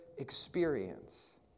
experience